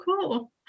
cool